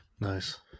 nice